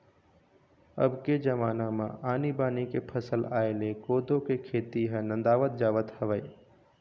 अब के जमाना म आनी बानी के फसल आय ले कोदो के खेती ह नंदावत जावत हवय